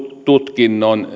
tutkinnon